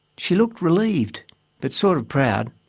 she looked relieved but sort of proud.